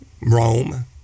Rome